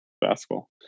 basketball